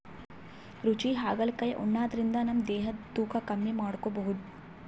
ರುಚಿ ಹಾಗಲಕಾಯಿ ಉಣಾದ್ರಿನ್ದ ನಮ್ ದೇಹದ್ದ್ ತೂಕಾ ಕಮ್ಮಿ ಮಾಡ್ಕೊಬಹುದ್